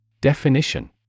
Definition